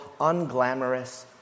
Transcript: unglamorous